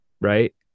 right